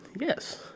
Yes